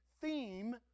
theme